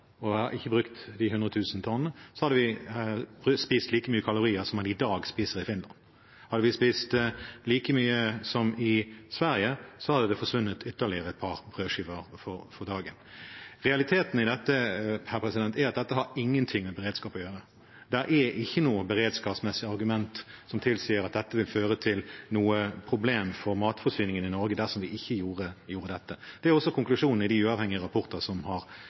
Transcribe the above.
ikke brukt de 100 000 tonnene, hadde vi spist like mange kalorier som man i dag spiser i Finland. Hadde vi spist like mye som i Sverige, hadde det forsvunnet ytterligere et par brødskiver om dagen. Realiteten i dette er at dette har ingenting med beredskap å gjøre. Det er ikke noe beredskapsmessig argument som tilsier at det vil føre til noen problemer for matforsyningen i Norge dersom vi ikke gjør dette. Det er også konklusjonen i de uavhengige rapportene som har